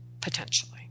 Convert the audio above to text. potentially